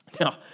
Now